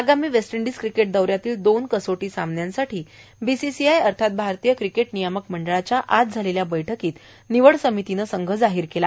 आगामी West Indies cricket दौ यातल्या दोन कसोटी सामन्यांसाठी बीसीसीआय अर्थात भारतीय क्रिकेट नियामक मंडळाच्या आज झालेल्या बैठकीत निवड समितीनं संघ जाहीर केला